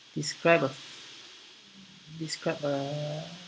describe a describe a